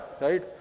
right